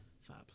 fab